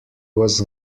was